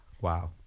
Wow